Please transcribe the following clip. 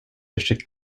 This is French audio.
échecs